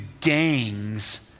gangs